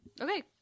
Okay